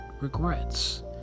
regrets